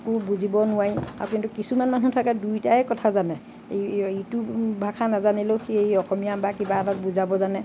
একো বুজিব নোৱাৰি আৰু কিন্তু কিছুমান মানুহ থাকে দুয়োটাই কথা জানে ইটো ভাষা নাজানিলেও সি অসমীয়া বা কিবা এটাত বুজাব জানে